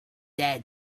their